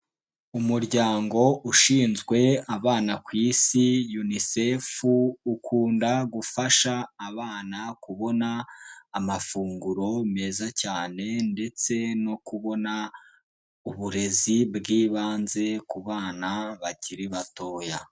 Umuryango ushinzwe abana ku isi, unisefu ukunda gufasha abana kubona amafunguro meza cyane, ndetse no kubona uburezi bw'ibanze ku bana bakiri batoya.